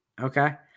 Okay